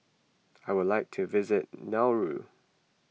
I would like to visit Nauru